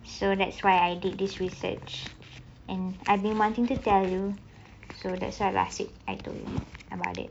so that's why I did this research and I've been wanting to tell you so that's why I said I tell you about it